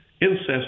incest